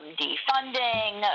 defunding